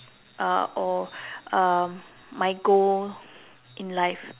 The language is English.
uh or um my goal in life